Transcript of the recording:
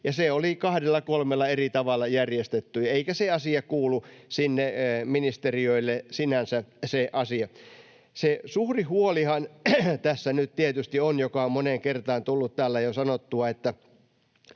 Se oli kahdella kolmella eri tavalla järjestetty, eikä se asia kuulu sinne ministeriöille sinänsä. Tässähän nyt tietysti se suuri huoli, joka on moneen kertaan tullut täällä jo sanottua, on